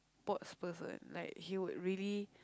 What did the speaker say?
sports person like he would really